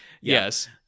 Yes